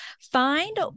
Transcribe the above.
find